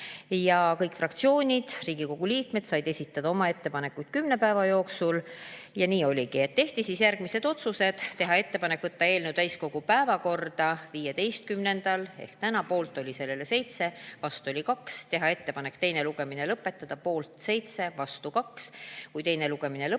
kõik fraktsioonid ja Riigikogu liikmed said esitada oma ettepanekuid kümne päeva jooksul. Nii oligi. Tehti järgmised otsused: teha ettepanek võtta eelnõu täiskogu päevakorda 15‑ndal ehk täna, poolt oli 7, vastu oli 2; teha ettepanek teine lugemine lõpetada, poolt oli 7, vastu oli 2; kui teine lugemine lõpetatakse,